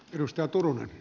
arvoisa puhemies